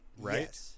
right